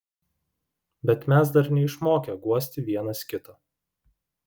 bet mes dar neišmokę guosti vienas kito